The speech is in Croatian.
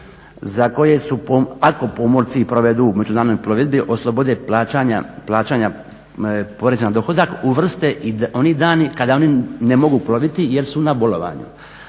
ta 183 dana ako pomorci provedu u međunarodnoj plovidbi oslobode plaćanja poreza na dohodak uvrste i oni dani kada oni ne mogu ploviti jer su na bolovanju.